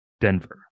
Denver